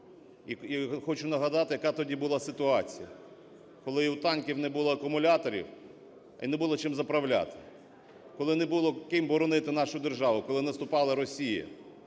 І хочу нагадати, яка тоді була ситуація, коли у танків не було акумуляторів і не було чим заправляти, коли не було ким боронити нашу державу, коли наступала Росія.